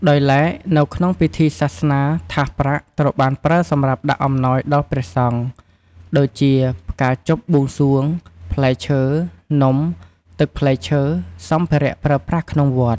ដោយឡែនៅក្នុងពិធីសាសនាថាសប្រាក់ត្រូវបានប្រើសម្រាប់ដាក់អំណោយដល់ព្រះសង្ឃ ដូចជា ផ្កាជប់បួងសួង, ផ្លែឈើ, នំ, ទឹកផ្លែឈើ, សំភារៈប្រើប្រាស់ក្នុងវត្ត។